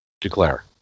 Declare